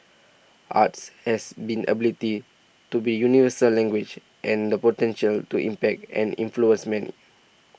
arts has been ability to be universal language and the potential to impact and influence many